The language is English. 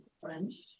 French